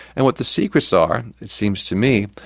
and what the secrets are, it seems to me,